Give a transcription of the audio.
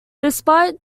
despite